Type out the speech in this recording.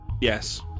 Yes